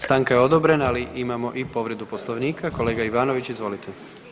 Stanka je odobrena, ali imamo i povredu Poslovnika, kolega Ivanović, izvolite.